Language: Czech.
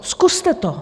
Zkuste to!